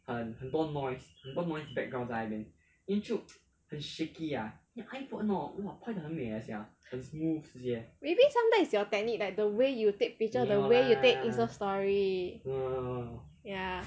maybe sometimes is your technique that the way you take picture the way you take Insta story ya